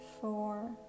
four